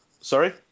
Sorry